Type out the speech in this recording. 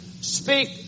speak